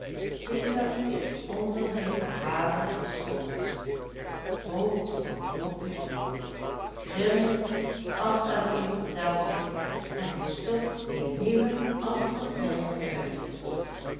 is onder zijn verhalen verstrooid rookt wanhopig door grinnikt als er een vertelsel en stopt een nieuwe als er een pijp uit is